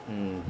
mm